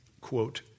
quote